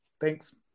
Thanks